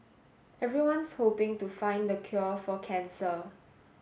everyone's hoping to find the cure for cancer